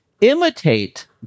imitate